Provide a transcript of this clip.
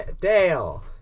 Dale